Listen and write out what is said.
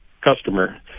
customer